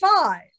five